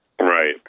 Right